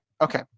Okay